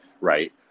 right